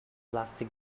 plastic